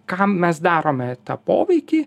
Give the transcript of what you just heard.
kam mes darome tą poveikį